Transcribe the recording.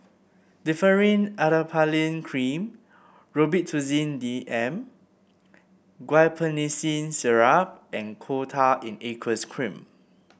Differin Adapalene Cream Robitussin D M Guaiphenesin Syrup and Coal Tar in Aqueous Cream